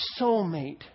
soulmate